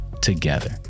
together